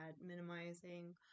minimizing